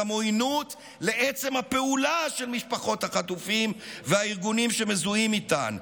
גם עוינות לעצם הפעולה של משפחות החטופים והארגונים שמזוהים איתן.